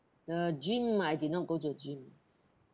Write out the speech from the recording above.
the gym I did not go to the gym